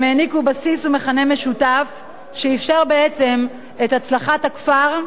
הם העניקו בסיס ומכנה משותף שאפשרו בעצם את הצלחת הכפר,